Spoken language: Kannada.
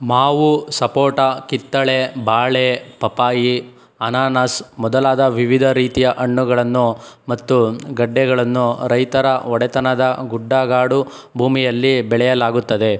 ಮಾವು ಸಪೋಟ ಕಿತ್ತಳೆ ಬಾಳೆ ಪಪ್ಪಾಯಿ ಅನಾನಸ್ ಮೊದಲಾದ ವಿವಿಧ ರೀತಿಯ ಹಣ್ಣುಗಳನ್ನು ಮತ್ತು ಗಡ್ಡೆಗಳನ್ನು ರೈತರ ಒಡೆತನದ ಗುಡ್ಡಗಾಡು ಭೂಮಿಯಲ್ಲಿ ಬೆಳೆಯಲಾಗುತ್ತದೆ